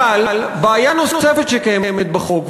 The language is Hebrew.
אבל בעיה נוספת שקיימת בחוק,